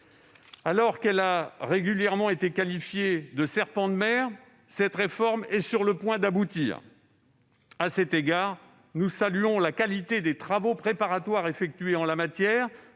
Alors qu'elle a régulièrement été qualifiée de « serpent de mer », cette réforme est sur le point d'aboutir. À cet égard, nous saluons la qualité des travaux préparatoires effectués en la matière,